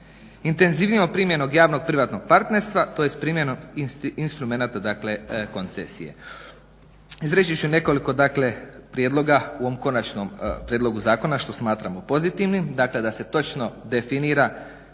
Intenzivniju primjenu javnog privatnog partnerstva, tj. primjenu instrumenata, dakle koncesije. Izreći ću nekoliko, dakle prijedloga u ovom Konačnom prijedlogu zakona što smatramo pozitivnim. Dakle, da se točno definiraju